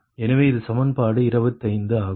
எனவே இது சமன்பாடு 25 ஆகும்